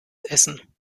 essen